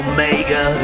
Omega